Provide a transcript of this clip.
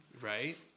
Right